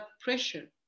pressure